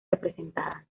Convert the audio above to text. representadas